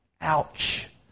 ouch